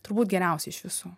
turbūt geriausiai iš visų